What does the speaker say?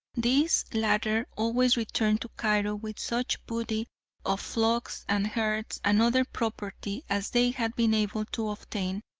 these latter always returned to cairo with such booty of flocks and herds and other property as they had been able to obtain,